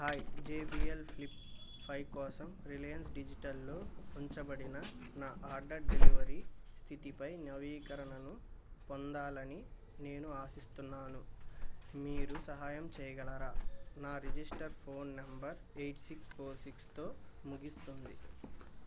hi J B L flip five కోసం రిలయన్స్ డిజిటల్లో ఉంచబడిన నా ఆర్డర్ డెలివరీ స్థితిపై నవీకరణను పొందాలని నేను ఆశిస్తున్నాను మీరు సహాయం చేయగలరా నా register phone number eight six four సిక్స్తో ముగిస్తుంది